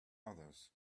others